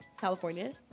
California